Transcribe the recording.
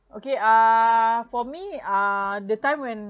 okay uh for me uh the time when